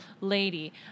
lady